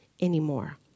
anymore